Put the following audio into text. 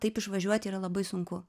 taip išvažiuoti yra labai sunku